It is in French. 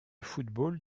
football